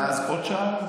ואז עוד שעה?